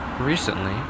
recently